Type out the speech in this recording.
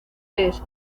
vez